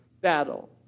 battle